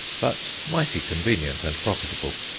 but mighty convenient and profitable.